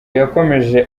yakomeje